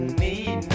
need